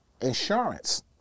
insurance